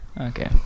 Okay